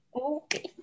okay